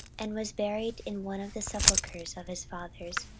and was buried in one of the sepulchres of his fathers.